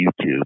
YouTube